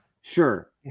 Sure